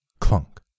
Clunk